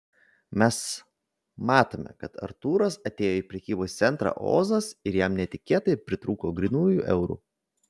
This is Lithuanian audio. mes matome kad artūras atėjo į prekybos centrą ozas ir jam netikėtai pritrūko grynųjų eurų